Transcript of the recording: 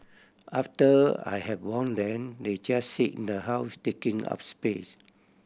after I have worn them they just sit in the house taking up space